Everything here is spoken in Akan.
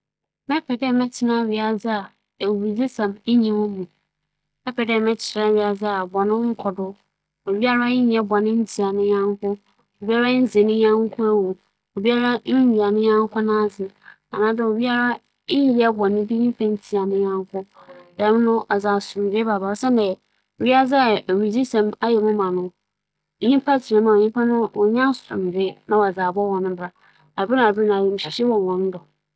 Mebɛpɛ dɛ mebɛtsena wiadze a atowerɛnkyɛm biara nnkͻ do wͻ mu kyɛn dɛ mebɛtsena wiadze a bͻn biara nnkͻ do wͻ mu. Siantsir nye dɛ, bͻn bͻkͻ do a, nna ofi nyimpa bi a wͻayɛ n'adwen dɛ ͻbɛma dɛm adze no aba na mbom atowerɛnkyem dze, obiara nnhu beebi ofi na osi so a, nkwa a yɛsɛɛ na egyapadze a ͻsɛɛ no, ͻyɛɛ nna ͻdͻͻso ntsi mebɛpɛ dɛ mebɛtsena wiadze a atowerɛnkyɛm biara nnkͻ do wͻ mu.